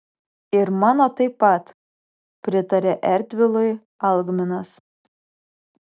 ir mano taip pat pritarė erdvilui algminas